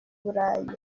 burayi